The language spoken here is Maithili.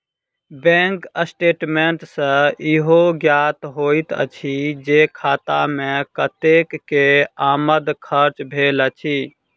बैंक स्टेटमेंट सॅ ईहो ज्ञात होइत अछि जे खाता मे कतेक के आमद खर्च भेल अछि